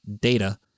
data